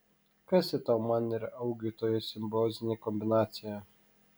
kas ji tau man ir augiui toje simbiozinėje kombinacijoje